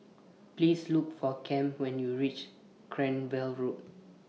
Please Look For Cam when YOU REACH Cranwell Road